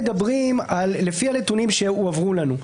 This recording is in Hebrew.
לפי הנתונים שהועברו לנו,